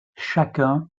chacun